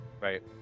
Right